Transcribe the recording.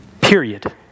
Period